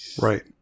right